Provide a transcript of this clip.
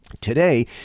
Today